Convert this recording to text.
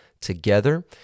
together